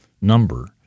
number